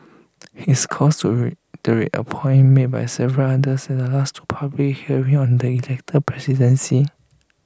his calls reiterate A point made by several others at the last two public hearing on the elected presidency